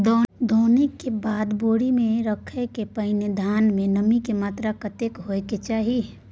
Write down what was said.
दौनी के बाद बोरी में रखय के पहिने धान में नमी के मात्रा कतेक होय के चाही?